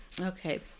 Okay